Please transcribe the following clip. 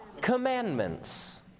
commandments